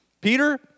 Peter